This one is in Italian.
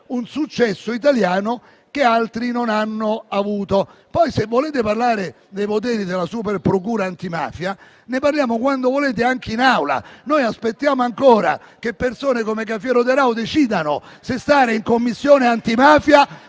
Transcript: un successo italiano che altri non hanno avuto. Se poi volete parlare dei poteri della super procura antimafia, ne parliamo quando volete, anche in Aula. Noi aspettiamo ancora che persone come Cafiero De Raho decidano se stare in Commissione antimafia,